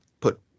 put